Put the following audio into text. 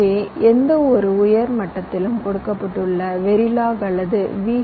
எனவே எந்தவொரு உயர் மட்டத்திலும் கொடுக்கப்பட்டுள்ள வெரிலாக் அல்லது வி